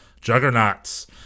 juggernauts